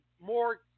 more